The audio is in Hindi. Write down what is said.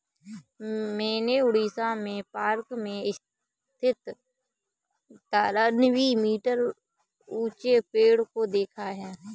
मैंने उड़ीसा में पार्क में स्थित तिरानवे मीटर ऊंचे पेड़ को देखा है